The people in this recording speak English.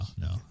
no